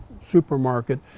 supermarket